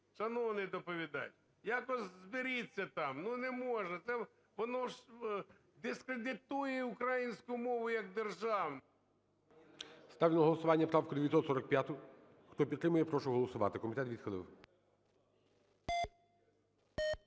шановний доповідач, якось зберіться там, ну не можна, воно ж дискредитує українську мову як державну. ГОЛОВУЮЧИЙ. Ставлю на голосування правку 945. Хто підтримує, я прошу голосувати. Комітет відхилив.